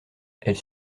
elles